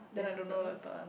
then the third one